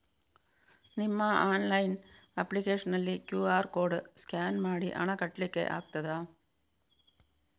ನಿಮ್ಮ online application ನಲ್ಲಿ QR code scan ಮಾಡಿ ಹಣ ಕಟ್ಲಿಕೆ ಆಗ್ತದ?